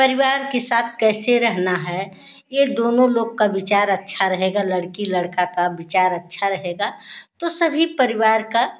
परिवार के साथ कैसे रहना है यह दोनों लोग का विचार अच्छा रहेगा लड़का लड़की का विचार अच्छा रहेगा तो सभी परिवार का